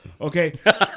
Okay